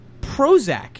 Prozac